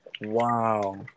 Wow